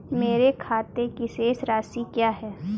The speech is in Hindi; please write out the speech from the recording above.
मेरे खाते की शेष राशि क्या है?